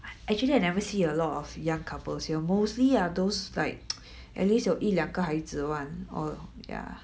actually I never see a lot of young couples here mostly are those like at least like 有一两个孩子 [one] or ya